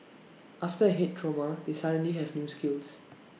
after A Head trauma they suddenly have new skills